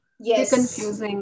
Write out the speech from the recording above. Yes